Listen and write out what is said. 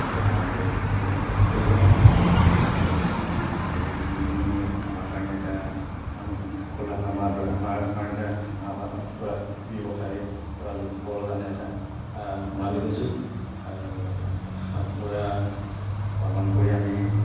আমি গ্ৰহণ কৰিব লাগে গতিকে ইখিনি আমাৰ কাৰণে এটা ফাৰ্ম খোলা আমাৰ আমাৰ কাৰণে এতিয়া হাঁহ বা কুকুৰা ব্যৱসায় কৰা লোকসকলৰ কাৰণে এটা সোণালী সুযোগ আৰু হাঁহ কুকুৰা পালন কৰি আমি